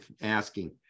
asking